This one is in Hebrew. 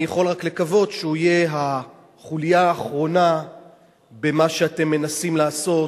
אני יכול רק לקוות שהוא יהיה החוליה האחרונה במה שאתם מנסים לעשות